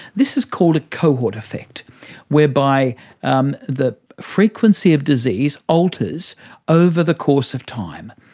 this is called a cohort effect whereby um the frequency of disease alters over the course of time.